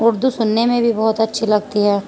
اردو سننے میں بھی بہت اچھی لگتی ہے